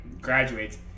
graduates